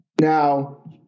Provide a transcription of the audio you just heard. Now